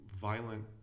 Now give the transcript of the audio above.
violent